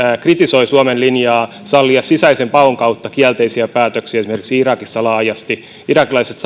kritisoi suomen linjaa sallia sisäisen paon kautta kielteisiä päätöksiä esimerkiksi irakissa laajasti irakilaisista